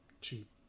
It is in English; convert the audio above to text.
cheap